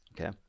okay